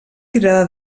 tirada